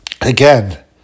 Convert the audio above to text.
again